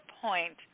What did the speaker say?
point